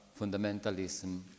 fundamentalism